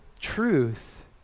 truth